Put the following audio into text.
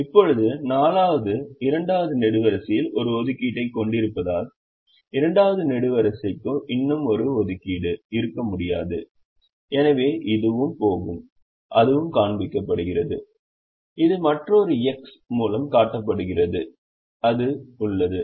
இப்போது 4வது 2 வது நெடுவரிசையில் ஒரு ஒதுக்கீட்டைக் கொண்டிருப்பதால் 2 வது நெடுவரிசைக்கு இன்னும் ஒரு ஒதுக்கீடு இருக்க முடியாது எனவே இதுவும் போகும் அதுவும் காண்பிக்கப்படுகிறது இது மற்றொரு எக்ஸ் மூலம் காட்டப்படுகிறது அது உள்ளது